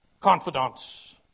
confidants